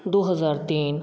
दो हज़ार तीन